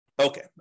Okay